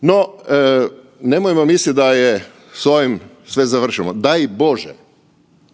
No, nemojmo mislit da je s ovim sve završeno. Daj Bože